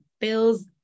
bills